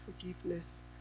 forgiveness